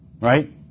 Right